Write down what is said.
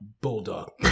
Bulldog